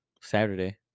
Saturday